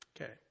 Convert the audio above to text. Okay